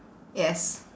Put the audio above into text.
yes